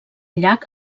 llac